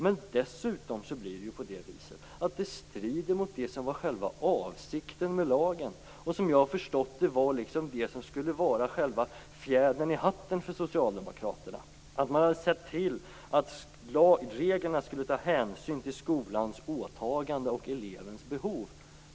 Men dessutom strider detta mot det som var själva avsikten med lagen och som var det som skulle vara själva fjädern i hatten för Socialdemokraterna, som jag har förstått det, nämligen att man hade sett till att reglerna skulle ta hänsyn till skolans åtagande och elevens behov.